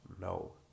no